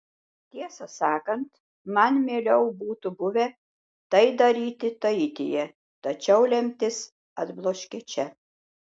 tiesą sakant man mieliau būtų buvę tai daryti taityje tačiau lemtis atbloškė čia